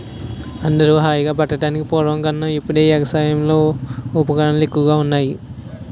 అందరూ హాయిగా బతకడానికి పూర్వం కన్నా ఇప్పుడే ఎగసాయంలో ఉపకరణాలు ఎక్కువగా ఉన్నాయ్